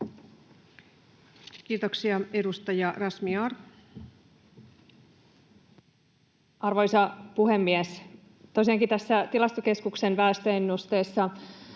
Kiitoksia. — Edustaja Razmyar. Arvoisa puhemies! Tosiaankin tässä Tilastokeskuksen väestöennusteessa